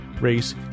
race